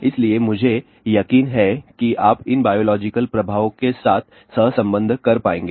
इसलिए मुझे यकीन है कि आप इन बायोलॉजिकल प्रभावों के साथ सहसंबंध कर पाएंगे